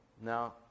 Now